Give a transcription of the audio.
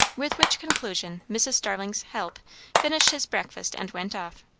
with which conclusion mrs. starling's help finished his breakfast and went off.